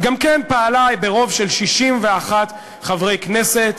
שגם כן פעלה ברוב של 61 חברי כנסת,